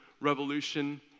Revolution